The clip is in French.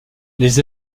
les